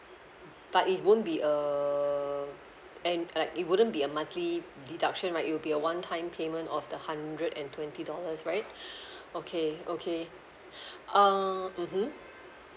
but it won't be err and like it wouldn't be a monthly deduction right it will be a one time payment of the hundred and twenty dollars right okay okay err mmhmm